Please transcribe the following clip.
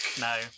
No